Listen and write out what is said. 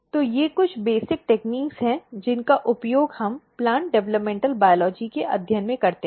तो ये कुछ बेसिक टेक्निक्स हैं जिनका उपयोग हम प्लांट डेवलपमेंटल बायोलॉजी के अध्ययन में करते हैं